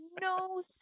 no